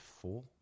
Four